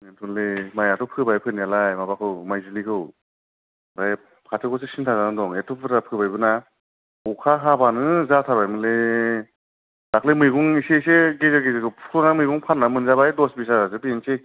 बेनोथ'लै माइयाथ' फोबाय फोनायालाय माबाखौ माइज्लिखौ ओमफ्राय फाथोखौसो सिन्ता जाना दं एथ' बुरजा फोबायबोना अखा हाबानो जाथारबायमोनलै दाखालि मैगं एसे एसे गेजेर गेजेराव फुख'नानै मैगं फाननानै मोनजाबाय दस बिस हाजारसो बेनोसै